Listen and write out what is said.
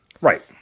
Right